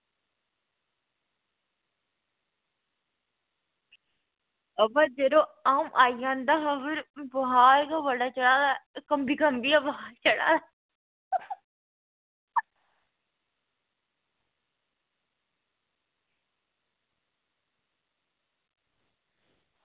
पर यरो अ'ऊं आई जंदा हा पर बखार गै बड़ा चढ़ा दा कम्बी कम्बियै बखार चढ़ा दा